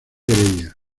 heredia